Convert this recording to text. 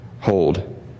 Hold